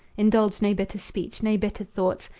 indulge no bitter speech, no bitter thoughts.